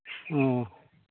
अ